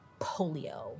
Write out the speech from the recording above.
polio